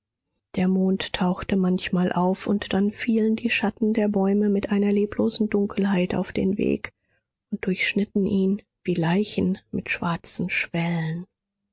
der mond tauchte manchmal auf und dann fielen die schatten der bäume mit einer leblosen dunkelheit auf den weg und durchschnitten ihn wie leichen mit schwarzen schwellen